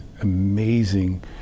amazing